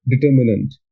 determinant